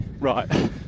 Right